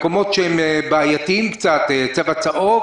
מקומות שהם בעייתיים קצת "צבע צהוב",